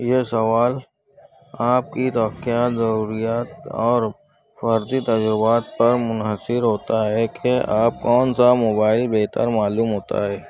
یہ سوال آپ کی توقعات ضروریات اور فرضی تجربات پر منحصر ہوتا ہے کہ آپ کون سا موبائل بہتر معلوم ہوتا ہے